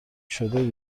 شده